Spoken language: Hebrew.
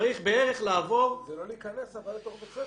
צריך בערך לעבור --- זה לא להיכנס לתוך בית ספר.